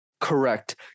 Correct